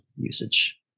usage